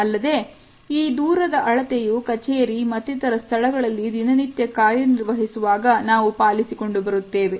ಅಲ್ಲದೆ ಈ ದೂರದ ಅಳತೆಯು ಕಚೇರಿ ಮತ್ತಿತರ ಸ್ಥಳಗಳಲ್ಲಿ ದಿನನಿತ್ಯ ಕಾರ್ಯನಿರ್ವಹಿಸುವಾಗ ನಾವು ಪಾಲಿಸಿಕೊಂಡು ಬರುತ್ತೇವೆ